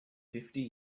fifty